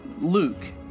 Luke